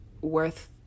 worth